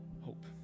hope